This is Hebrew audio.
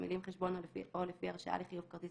המילים "חשבון או לפי הרשאה לחיוב כרטיס